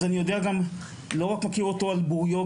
אני לא רק מכיר אותו על בוריו,